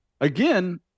again